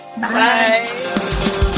Bye